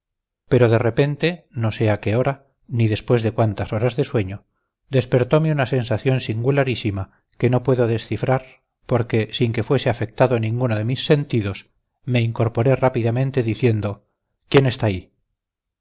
pero de repente no sé a qué hora ni después de cuántas horas de sueño despertome una sensación singularísima que no puedo descifrar porque sin que fuese afectado ninguno de mis sentidos me incorporé rápidamente diciendo quién está aquí